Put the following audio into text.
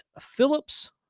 Phillips